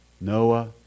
Noah